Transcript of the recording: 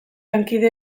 lankide